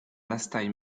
lastaj